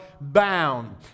bound